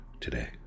today